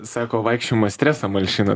sako vaikščiojimas stresą malšina